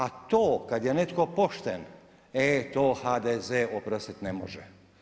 A to kad je netko pošten, e to HDZ oprostiti ne može.